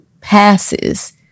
passes